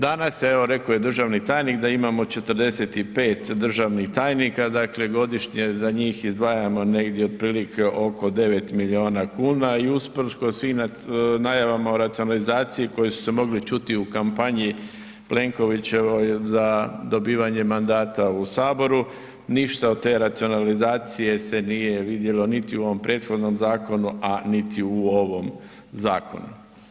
Danas evo rekao je državni tajnik da imamo 45 državnih tajnika, dakle godišnje za njih izdvajamo negdje otprilike 9 miliona kuna i usprkos svim najavama o racionalizaciji koje su se mogle ćuti u kampanji Plenkovićevoj za dobivanje mandata u saboru, ništa od te racionalizacije se nije vidjelo niti u ovom prethodnom zakonu, a niti u ovom zakonu.